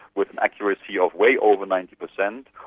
with an accuracy of way over ninety per cent,